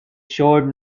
showed